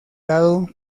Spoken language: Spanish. lado